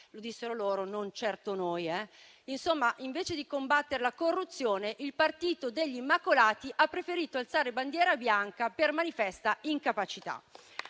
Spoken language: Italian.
(lo dissero loro, non certo noi). Insomma, invece di combattere la corruzione, il partito degli immacolati ha preferito alzare bandiera bianca per manifesta incapacità.